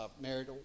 married